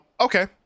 Okay